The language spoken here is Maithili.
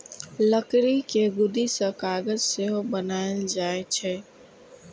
लकड़ीक लुगदी सं कागज सेहो बनाएल जाइ छै